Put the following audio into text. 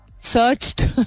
searched